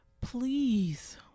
please